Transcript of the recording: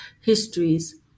histories